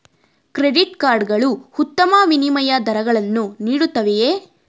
Credit card ಗಳು ಉತ್ತಮ ವಿನಿಮಯ ದರಗಳನ್ನು ನೀಡುತ್ತವೆಯೇ?